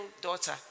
daughter